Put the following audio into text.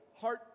heart